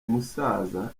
umusaza